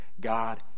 God